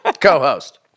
Co-host